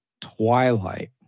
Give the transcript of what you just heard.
twilight